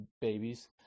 babies